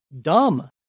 dumb